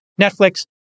Netflix